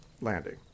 landing